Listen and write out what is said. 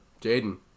Jaden